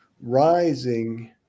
rising